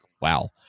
wow